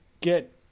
get